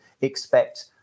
expect